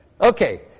Okay